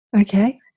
Okay